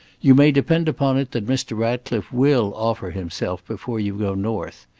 you may depend upon it that mr. ratcliffe will offer himself before you go north.